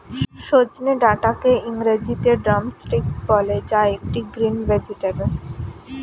সজনে ডাটাকে ইংরেজিতে ড্রামস্টিক বলে যা একটি গ্রিন ভেজেটাবেল